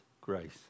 grace